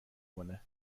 کنه